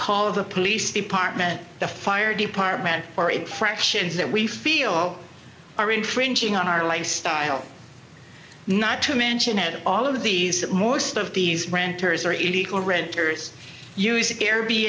call the police department the fire department or infractions that we feel are infringing on our lifestyle not to mention at all of these that most of these renters are equal renters using air b